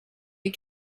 you